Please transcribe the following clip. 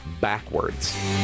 backwards